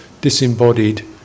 disembodied